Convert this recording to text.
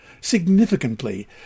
Significantly